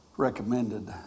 recommended